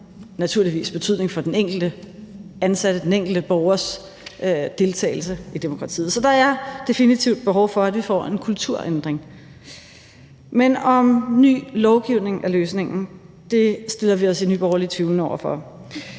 naturligvis betydning for den enkelte ansatte, den enkelte borgers deltagelse i demokratiet. Så der er definitivt behov for, at vi får en kulturændring. Men om ny lovgivning er løsningen, stiller vi os i Nye Borgerlige tvivlende over for.